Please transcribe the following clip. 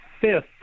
fifth